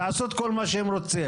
תעשו את כל מה שהם רוצים.